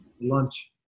lunch